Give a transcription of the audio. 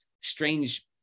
strange